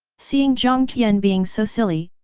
seeing jiang tian being so silly,